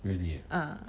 ah